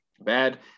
bad